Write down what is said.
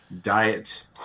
diet